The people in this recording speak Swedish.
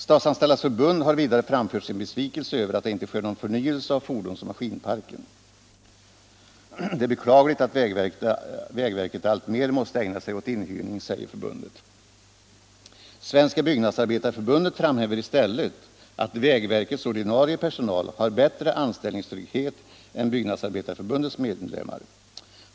Statsanställdas förbund har vidare framfört sin besvikelse över att det inte sker någon förnyelse av fordonsoch maskinparken. Det är beklagligt att vägverket alltmer måste ägna sig åt inhyrning, säger förbundet. Svenska byggnadsarbetareförbundet framhäver i sin tur att vägverkets ordinarie personal har bättre anställningstrygghet än Byggnadsarbetareförbundets medlemmar.